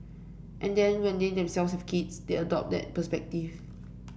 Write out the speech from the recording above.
and then when they themselves have kids they adopt that perspective